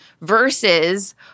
versus